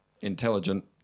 intelligent